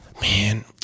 man